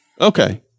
Okay